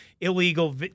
illegal